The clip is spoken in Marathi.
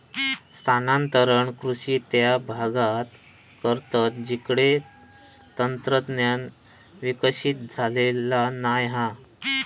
स्थानांतरण कृषि त्या भागांत करतत जिकडे तंत्रज्ञान विकसित झालेला नाय हा